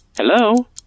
Hello